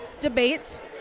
debate